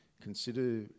consider